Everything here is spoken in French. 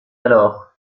alors